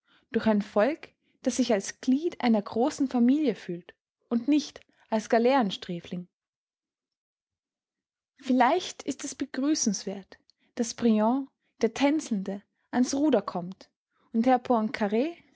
durch ein volk das sich als glied einer großen familie fühlt und nicht als galeerensträfling vielleicht ist es begrüßenswert daß briand der tänzelnde ans ruder kommt und herr